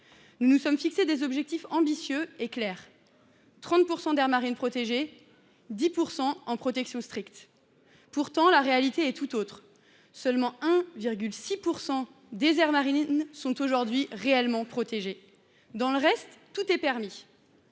Nous nous sommes fixé des objectifs ambitieux et clairs : 30 % d’aires marines protégées, 10 % en protection stricte. Pourtant, la réalité est tout autre : seulement 1,6 % des aires marines sont aujourd’hui réellement protégées. Pour le reste, tout est permis.